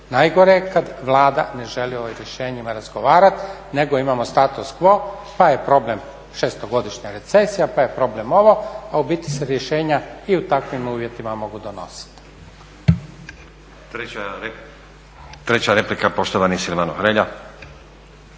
najgore je kada Vlada ne želi o rješenjima razgovarati nego imamo status Q pa je problem 6.-godišnja recesija, pa je problem ovo a u biti se rješenja i u takvim uvjetima mogu donositi. **Stazić, Nenad (SDP)** Treća replika poštovani Silvano Hrelja.